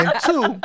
two